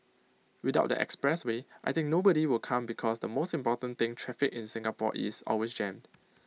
without the expressway I think nobody will come because the most important thing traffic in Singapore is always jammed